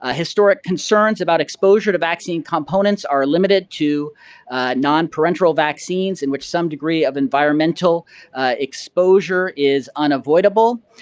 ah historic concerns about exposure to vaccine components are limited to non-parental vaccines in which some degree of environmental exposure is unavoidable,